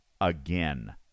again